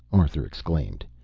arthur exclaimed.